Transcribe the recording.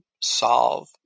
solve